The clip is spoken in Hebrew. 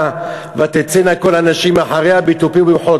ותצאנה כל הנשים אחריה בתופים ובמחולות.